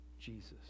Jesus